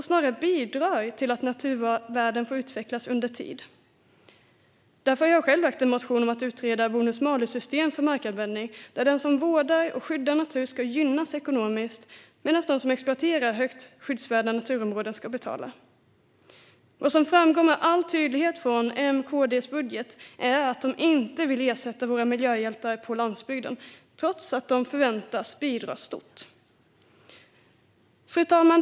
Snarare bidrar de till att naturvärden får utvecklas under tid. Därför har jag själv lagt en motion om att utreda ett bonus-malus-system för markanvändning där de som vårdar och skyddar natur ska gynnas ekonomiskt medan de som exploaterar högt skyddsvärda naturområden ska betala. Vad som framgår med all tydlighet från M:s och KD:s budget är att de inte vill ersätta våra miljöhjältar på landsbygden trots att de förväntas bidra stort. Fru talman!